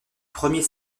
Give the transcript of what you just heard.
premier